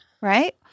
right